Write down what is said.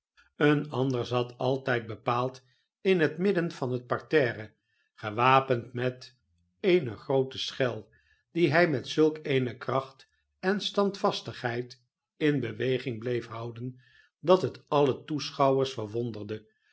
een ander zat altijd bepaald in het midden van het parterre gewapend met eene groote schel die hij met zulk eene kracht en standvastigheid in beweging bleef houden dat het alle toeschouwers